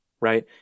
right